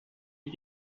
est